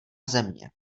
země